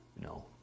No